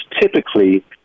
typically